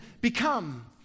become